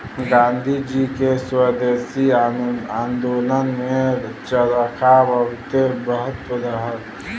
गांधी जी के स्वदेशी आन्दोलन में चरखा बहुते महत्व रहल